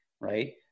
right